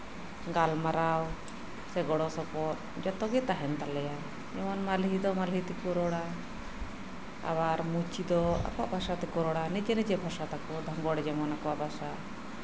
ᱜᱟᱞᱢᱟᱨᱟᱣ ᱥᱮ ᱜᱚᱲᱚ ᱥᱚᱯᱚᱦᱚᱫ ᱡᱚᱛᱚᱣᱟᱜ ᱜᱮ ᱛᱟᱦᱮᱱ ᱛᱟᱞᱮᱭᱟ ᱡᱮᱢᱚᱱ ᱢᱟᱞᱦᱮ ᱫᱚ ᱢᱟᱞᱦᱮ ᱛᱮᱠᱚ ᱨᱚᱲᱟ ᱟᱵᱟᱨ ᱢᱩᱪᱤ ᱫᱚ ᱟᱠᱚᱣᱟᱜ ᱵᱷᱟᱥᱟ ᱛᱮᱠᱚ ᱨᱚᱲᱟ ᱱᱤᱡᱮ ᱱᱤᱡᱮ ᱵᱷᱟᱥᱟ ᱛᱮᱠᱚ ᱨᱚᱲᱟ ᱫᱷᱟᱹᱜᱚᱲ ᱡᱮᱢᱚᱱ ᱟᱠᱚᱣᱟᱜ ᱵᱷᱟᱥᱟ